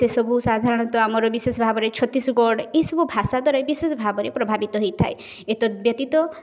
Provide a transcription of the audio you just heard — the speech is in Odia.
ସେ ସବୁ ସାଧାରଣତଃ ଆମର ବିଶେଷ ଭାବରେ ଛତିଶଗଡ଼ ଏଇସବୁ ଭାଷା ଦ୍ୱାରା ବିଶେଷ ଭାବରେ ପ୍ରଭାବିତ ହେଇଥାଏ ଏତଦ ବ୍ୟତୀତ